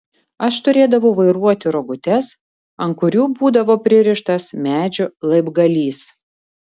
aš turėdavau vairuoti rogutes ant kurių būdavo pririštas medžio laibgalys